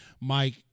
Mike